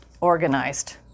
organized